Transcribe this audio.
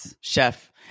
Chef